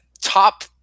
top